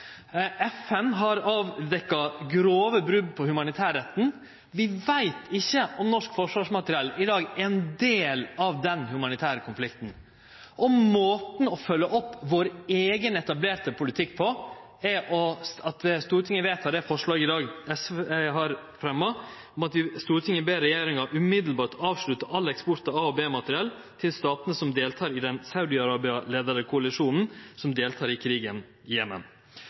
FN har avdekt grove brot på humanitærretten. Vi veit ikkje om norsk forsvarsmateriell i dag er ein del av den humanitære konflikten. Måten å følgje opp vår eigen etablerte politikk på er at Stortinget i dag vedtek det forslaget SV har fremja: «Stortinget ber regjeringen umiddelbart å avslutte all eksport av A- og B-materiell til alle statene som deltar i den saudi-arabisk-ledede koalisjonen som deltar i krigen i Jemen.»